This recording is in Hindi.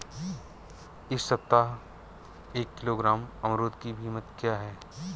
इस सप्ताह एक किलोग्राम अमरूद की कीमत क्या है?